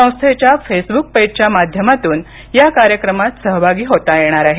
संस्थेच्या फेसब्क पेजच्या माध्यमातून या कार्यक्रमात सहभागी होता येणार आहे